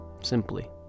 simply